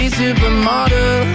supermodel